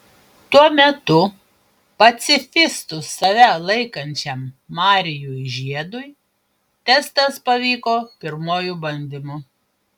tuo metu pacifistu save laikančiam marijui žiedui testas pavyko pirmuoju bandymu